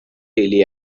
daily